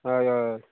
हय हय